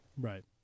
Right